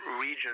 region